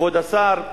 כבוד השר,